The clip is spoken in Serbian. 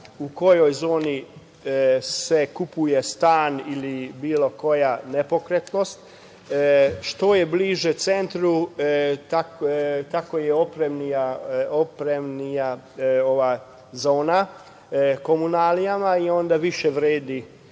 u kojoj zoni se kupuje stan ili bilo koja nepokretnost. Što je bliže centru, to je opremljenija ova zona komunalijama i onda više vredi